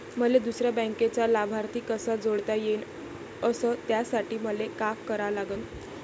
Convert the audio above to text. मले दुसऱ्या बँकेचा लाभार्थी कसा जोडता येईन, अस त्यासाठी मले का करा लागन?